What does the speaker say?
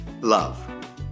Love